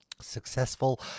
successful